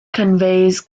conveys